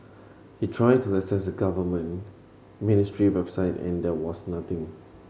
he'd tried to access a government ministry website and there was nothing